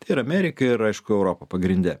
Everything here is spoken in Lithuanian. tai ir amerika ir aišku europa pagrinde